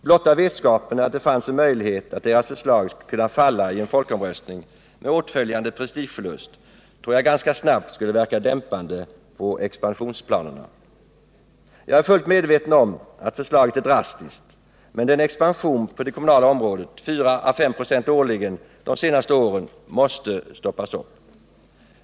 Blotta vetskapen att det fanns en möjlighet att deras förslag skulle kunna falla i en folkomröstning med åtföljande prestigeförlust tror jag ganska snabbt skulle verka dämpande på expansionsplanerna. Jag är fullt medveten om att förslaget är drastiskt, men expansionen på det kommunala området, 4-5 96 årligen de senaste åren, måste stoppas upp.